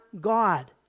God